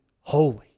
holy